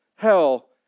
hell